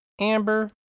Amber